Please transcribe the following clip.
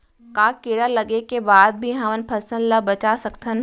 का कीड़ा लगे के बाद भी हमन फसल ल बचा सकथन?